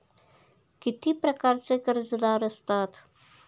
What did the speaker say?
किती प्रकारचे कर्जदार असतात